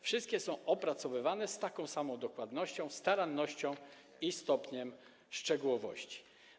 Wszystkie są opracowywane z taką samą dokładnością, starannością i z takim samym stopniem szczegółowości.